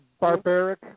barbaric